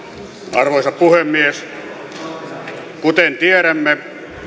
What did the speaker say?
arvoisa puhemies kuten tiedämme